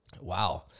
Wow